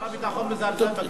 שר הביטחון מזלזל בכנסת.